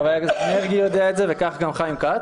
חבר הכנסת מרגי יודע את זה וכך גם חיים כץ